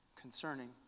concerning